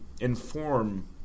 inform